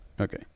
Okay